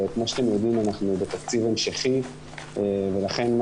כמו שאתם יודעים אנחנו בתקציב המשכי ולכן מה